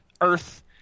Earth